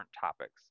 topics